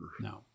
No